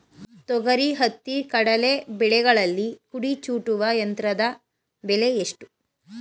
ತೊಗರಿ, ಹತ್ತಿ, ಕಡಲೆ ಬೆಳೆಗಳಲ್ಲಿ ಕುಡಿ ಚೂಟುವ ಯಂತ್ರದ ಬೆಲೆ ಎಷ್ಟು?